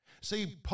See